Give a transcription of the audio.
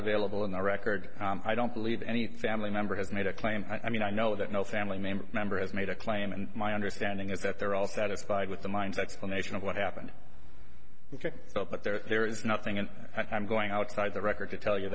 available in the record i don't believe any family member has made a claim i mean i know that no family member member has made a claim and my understanding is that they're all satisfied with the mine's explanation of what happened which i thought that there is nothing and i'm going outside the record to tell you